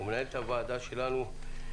ומנהלת הוועדה שלנו.